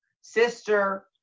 sister